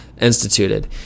instituted